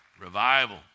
Revival